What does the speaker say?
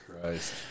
Christ